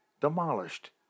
demolished